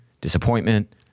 disappointment